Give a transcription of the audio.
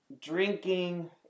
drinking